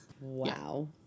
Wow